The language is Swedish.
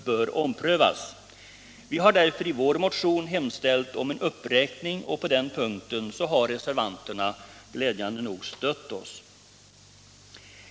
bör omprövas. Vi har därför i vår motion hemställt om en uppräkning, och på den punkten har reservanterna glädjande nog stött oss.